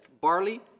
barley